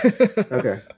okay